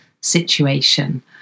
situation